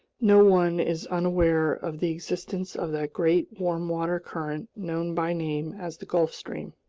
no one is unaware of the existence of that great warm-water current known by name as the gulf stream.